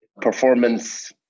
performance